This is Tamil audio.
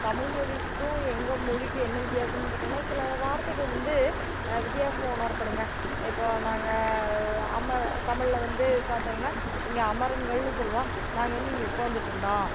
தமிழ்மொழிக்கும் எங்கள் மொழிக்கும் என்ன வித்தியாசம்னு பார்த்தீங்கன்னா சில வார்த்தைகள் வந்து வித்தியாசமாக உணரப்படுங்க இப்போ நாங்க அம்ம தமிழில் வந்து பார்த்தீங்கன்னா இங்கே அமருங்கள்னு சொல்லுவோம் நாங்கள் வந்து இங்கே உட்காந்துட்ருந்தோம்